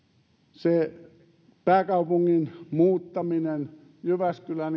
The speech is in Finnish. se pääkaupungin muuttaminen jyväskylään